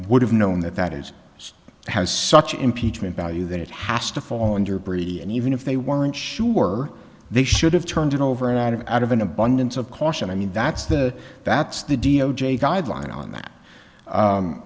would have known that that is has such impeachment value that it has to fall under brady and even if they weren't sure they should have turned it over and out of it out of an abundance of caution i mean that's the that's the d o j guideline on that